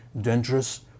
dangerous